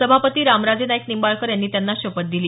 सभापती रामराजे नाईक निंबाळकर यांनी त्यांना शपथ दिली